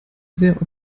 sehr